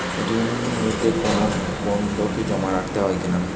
ঋণ নিতে কোনো বন্ধকি জমা রাখতে হয় কিনা?